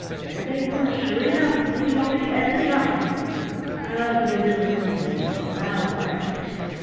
there they were, sure enough, looking over the edge of the ice ugly little gray things with mouths like fishes,